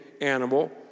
animal